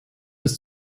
ist